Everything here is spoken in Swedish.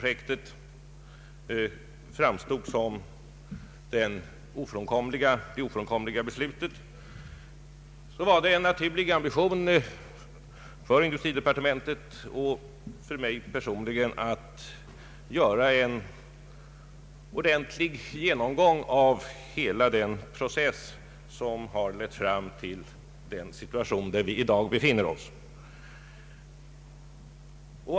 jektet framstod som det ofrånkomliga beslutet, var det en naturlig ambition för industridepartementet och för mig personligen att göra en ordentlig genomgång av hela den process som lett fram till den situation vi nu befinner oss i.